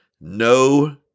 no